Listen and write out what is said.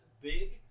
big